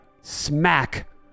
smack